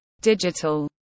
digital